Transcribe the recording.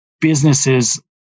businesses